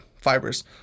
fibers